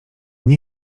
nie